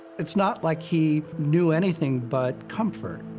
it's not like he knew anything but comfort.